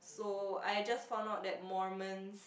so I just found out that Mormons